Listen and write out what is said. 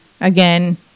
again